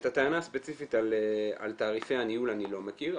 את הטענה הספציפית על תעריפי הניהול אני לא מכיר,